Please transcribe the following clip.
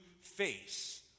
face